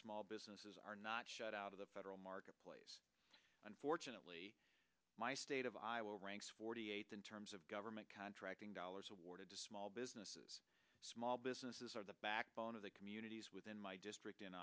small businesses are not shut out of the federal marketplace unfortunately my state of iowa ranks forty eighth in terms of government contracting dollars awarded to small businesses small businesses are the backbone of the communities within my district in